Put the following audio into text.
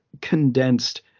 condensed